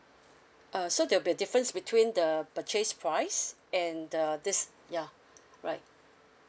uh so they'll be a difference between the purchase price and uh this ya right